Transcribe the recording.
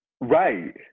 Right